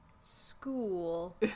school